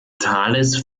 thales